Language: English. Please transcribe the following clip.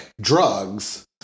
drugs